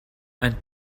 and